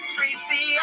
Tracy